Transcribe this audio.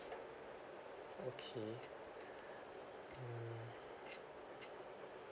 okay mm